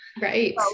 right